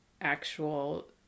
actual